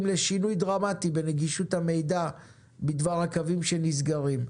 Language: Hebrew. לשינוי דרמטי בנגישות המידע בדבר הקווים שנסגרים.